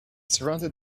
surrounded